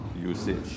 usage